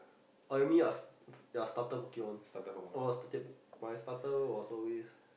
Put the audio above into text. oh you mean your your starter pokemon oh starter my starter was always